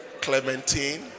Clementine